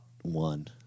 one